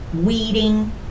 weeding